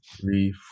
three